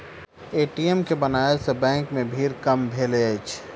ATM के बनओला सॅ बैंक मे भीड़ कम भेलै अछि